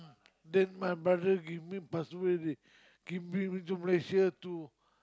then my brother give me password already give me to Malaysia to